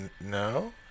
no